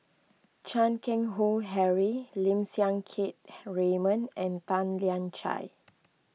Chan Keng Howe Harry Lim Siang Keat Raymond and Tan Lian Chye